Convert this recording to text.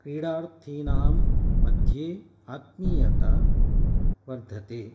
क्रीडार्थिनां मध्ये आत्मीयता वर्धते